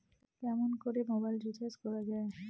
কেমন করে mobile recharge করা য়ায়?